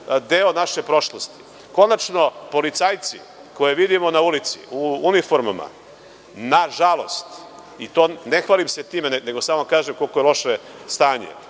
deo naše prošlosti. Konačno, policajci koje vidimo na ulici u uniformama i ne hvalim se time, samo kažem koliko je loše stanje,